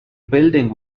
building